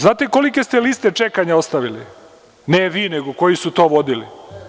Znate, kolike ste liste čekanja ostavili, ne vi, nego koji su to vodili?